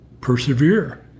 persevere